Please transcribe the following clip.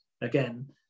again